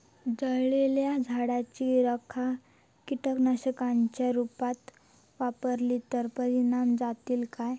जळालेल्या झाडाची रखा कीटकनाशकांच्या रुपात वापरली तर परिणाम जातली काय?